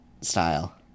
style